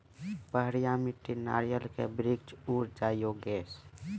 पहाड़िया मिट्टी नारियल के वृक्ष उड़ जाय योगेश?